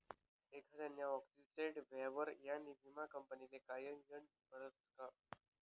एखांदाना आक्सीटेंट व्हवावर त्यानी विमा कंपनीले कयायडनं पडसं का